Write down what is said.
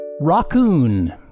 raccoon